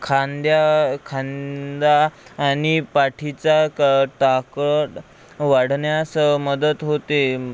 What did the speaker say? खांद्या खांदा आणि पाठीचा क ताकद वाढण्यास मदत होते म्